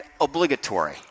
obligatory